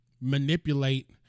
manipulate